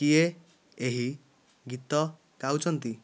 କିଏ ଏହି ଗୀତ ଗାଉଚଛନ୍ତି